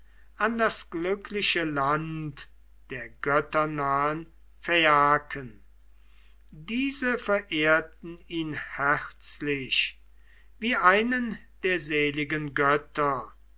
an das glückliche land der götternahen phaiaken diese verehrten ihn herzlich wie einen der seligen götter